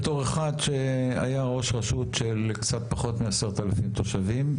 בתור אחד שהיה ראש רשות של קצת פחות מ-10,000 תושבים,